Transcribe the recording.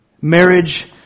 Marriage